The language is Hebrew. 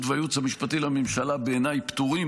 והייעוץ המשפטי לממשלה בעיניי פטורים.